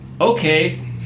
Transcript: okay